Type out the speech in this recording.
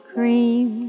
Cream